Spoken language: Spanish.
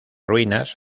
ruinas